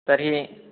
तर्हि